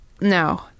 No